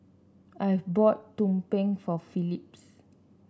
Iver bought tumpeng for Phylis